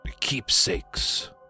keepsakes